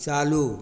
चालू